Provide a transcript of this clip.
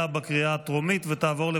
נתקבלה.